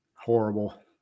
Horrible